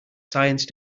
science